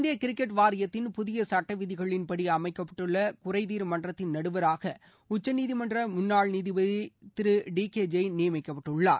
இந்திய கிரிக்கெட் வாரியத்தின் புதிய சட்ட விதிகளின்படி அமைக்கப்பட்டுள்ள குறைதீர் மன்றத்தின் நடுவராக உச்சநீதிமன்ற முன்னாள் நீதிபதி திரு டி கே ஜெயின் நியமிக்கப்பட்டுள்ளார்